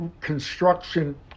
construction